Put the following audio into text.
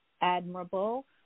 admirable